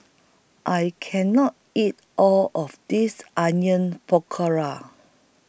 I Can not eat All of This Onion Pakora